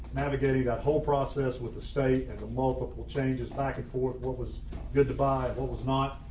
navigating that whole process with the state and multiple changes back and forth what was good to buy what was not.